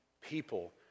people